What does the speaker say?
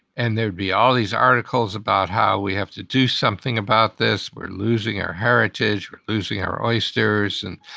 and there'd be all these articles about how we have to do something about this. we're losing our heritage. we're losing our oysters. and